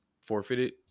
forfeited